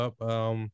up